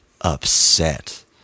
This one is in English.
upset